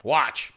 watch